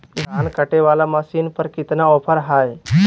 धान कटे बाला मसीन पर कितना ऑफर हाय?